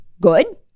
Good